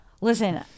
listen